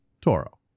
Toro